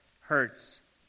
hurts